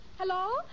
Hello